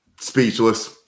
speechless